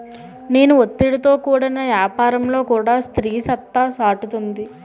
నేడు ఒత్తిడితో కూడిన యాపారంలో కూడా స్త్రీ సత్తా సాటుతుంది